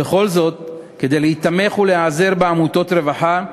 וכל זאת כדי להיתמך ולהיעזר בעמותות רווחה,